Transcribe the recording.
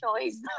choice